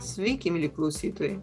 sveiki mieli klausytojai